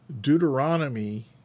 Deuteronomy